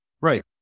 Right